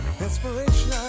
Inspiration